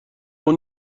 اون